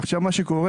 עכשיו מה שקורה,